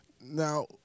Now